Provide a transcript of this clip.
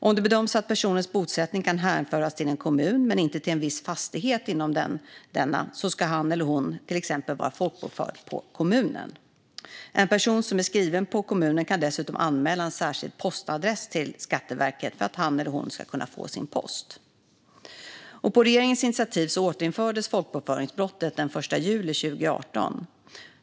Om det bedöms att personens bosättning kan hänföras till en kommun men inte till en viss fastighet inom denna ska han eller hon till exempel vara folkbokförd på kommunen. En person som är skriven på kommunen kan dessutom anmäla en särskild postadress till Skatteverket för att han eller hon ska kunna få sin post. På regeringens initiativ återinfördes folkbokföringsbrottet den 1 juli 2018.